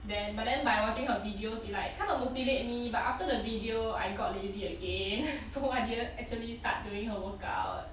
then but then by watching her videos it's like kind of motivate me but after the video I got lazy again so I didn't actually start doing her workout